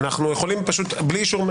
יש אישור,